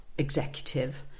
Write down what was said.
executive